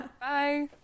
bye